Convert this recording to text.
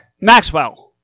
Maxwell